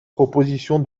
proposition